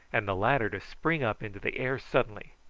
and the latter to spring up into the air suddenly.